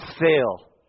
Fail